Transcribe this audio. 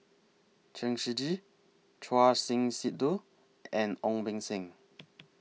Chen Shiji Choor Singh Sidhu and Ong Beng Seng